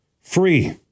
Free